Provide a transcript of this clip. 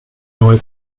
neu